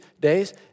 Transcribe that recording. days